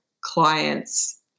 clients